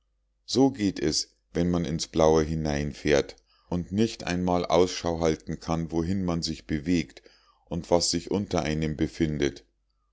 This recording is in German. so geht es wenn man ins blaue hineinfährt und nicht einmal ausschau halten kann wohin man sich bewegt und was sich unter einem befindet